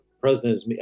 president